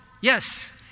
yes